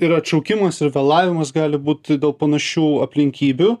ir atšaukimas ir vėlavimas gali būt dėl panašių aplinkybių